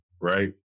right